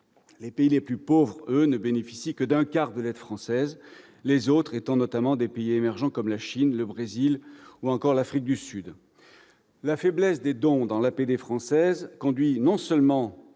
Les pays les plus pauvres, eux, ne bénéficient que d'un quart de l'aide française, les autres destinataires étant notamment des pays émergents comme la Chine, le Brésil ou encore l'Afrique du Sud. La faiblesse de la part des dons dans l'APD française oriente non seulement